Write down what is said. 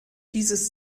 dieses